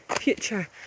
future